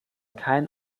kein